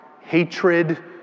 hatred